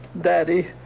Daddy